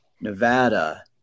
Nevada